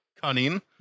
cunning